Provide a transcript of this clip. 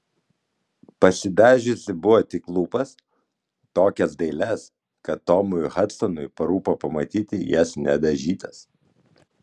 pasidažiusi buvo tik lūpas tokias dailias kad tomui hadsonui parūpo pamatyti jas nedažytas